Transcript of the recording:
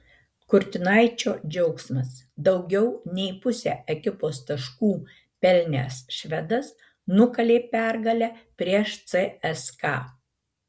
kurtinaičio džiaugsmas daugiau nei pusę ekipos taškų pelnęs švedas nukalė pergalę prieš cska